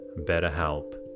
BetterHelp